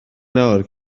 nawr